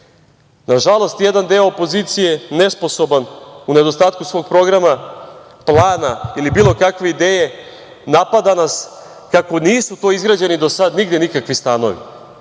Nažalost jedan deo opozicije, nesposoban u nedostatku svog programa, plana ili bilo kakve ideje, napada nas kako nisu to izgrađeni do sada nigde nikakvi stanovi,